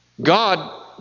God